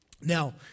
Now